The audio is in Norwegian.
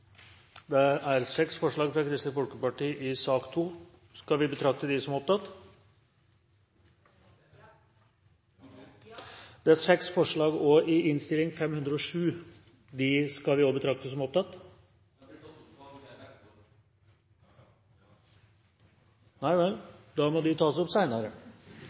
Det er seks forslag fra Kristelig Folkeparti i sak nr. 2. Skal vi betrakte dem som tatt opp? Nei, forslagene i Innst. 507 S vil bli tatt opp av Geir Jørgen Bekkevold. Nei vel, da må de tas opp